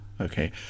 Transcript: Okay